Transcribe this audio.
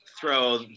throw